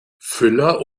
füller